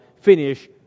finish